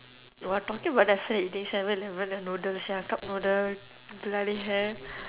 you are talking about then I feel like eating seven eleven the noodles sia cup noodle bloody hell